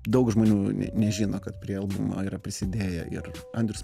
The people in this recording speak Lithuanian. daug žmonių nežino kad prie albumo yra prisidėję ir andrius